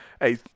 Hey